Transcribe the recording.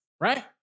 right